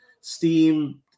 Steam